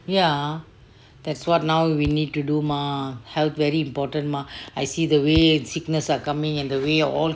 ya that's what now we need to do mah health very important mah I see the way sickness are coming in the way of all